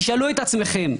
תשאלו את עצמכם,